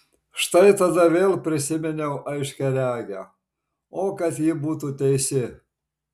štai tada vėl prisiminiau aiškiaregę o kad ji būtų teisi